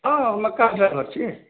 हँ हमे छी